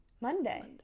Monday